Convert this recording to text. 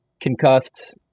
concussed